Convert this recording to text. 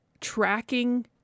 tracking